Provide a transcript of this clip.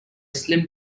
slim